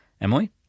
Emily